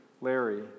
Larry